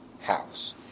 house